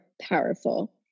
powerful